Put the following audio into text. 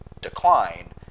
decline